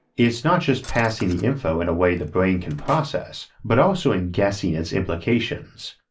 it's not just passing the info in a way the brain can process but also in guessing its implications.